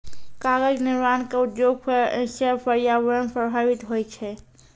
कागज निर्माण क उद्योग सँ पर्यावरण प्रभावित होय छै